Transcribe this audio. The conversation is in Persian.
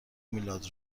میلاد